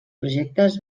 projectes